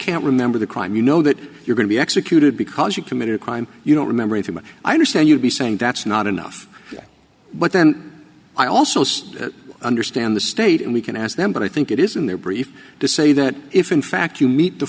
can't remember the crime you know that you're going to be executed because you committed a crime you don't remember if i understand you'd be saying that's not enough but then i also understand the state and we can ask them but i think it is in their brief to say that if in fact you meet the